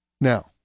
Now